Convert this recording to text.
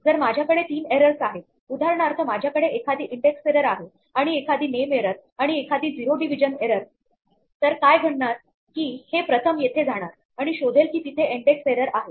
जर माझ्याकडे तीन एररस आहेत उदाहरणार्थ माझ्याकडे एखादी इंडेक्स एरर आहे आणि एखादी नेम एरर आणि एखादी झिरो डिव्हिजन एरर तर काय घडणार की हे प्रथम येथे जाणार आणि शोधेल की तिथे इंडेक्स एरर आहे